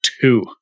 two